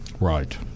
Right